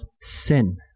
sin